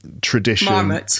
tradition